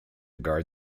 guard